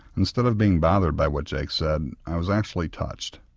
instead of being bothered by what jake said i was actually touched,